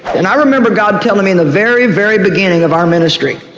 and i remember god telling me in the very, very beginning of our ministry,